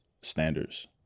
standards